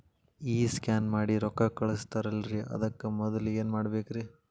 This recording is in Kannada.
ಈ ಸ್ಕ್ಯಾನ್ ಮಾಡಿ ರೊಕ್ಕ ಕಳಸ್ತಾರಲ್ರಿ ಅದಕ್ಕೆ ಮೊದಲ ಏನ್ ಮಾಡ್ಬೇಕ್ರಿ?